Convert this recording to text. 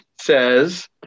says